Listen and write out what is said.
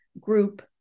group